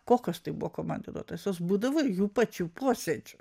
o kas tai buvo komandiruotas jos būdavo jų pačių posėdžius